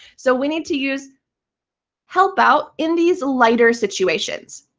so we need to use help out in these lighter situations.